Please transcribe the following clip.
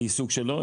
העיסוק שלו,